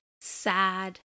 sad